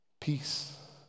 peace